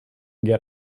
get